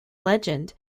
legend